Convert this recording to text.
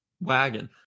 wagon